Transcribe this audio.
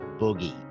Boogie